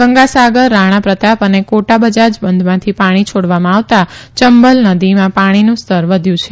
ગંગા સાગર રાણા પ્રતા અને કોટા બજાજ બંધમાંથી ાણી છોડવામાં આવતાં યંબલનદીમાં ાણીનું સ્તર વધ્યું છે